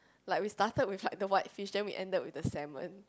like we started with like the white fish then we ended with with a salmon